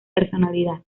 personalidad